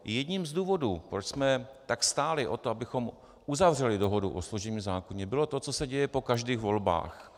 Jedním z důvodů, proč jsme tak stáli o to, abychom uzavřeli dohodu o služebním zákoně, bylo to, co se děje po každých volbách.